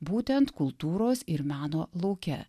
būtent kultūros ir meno lauke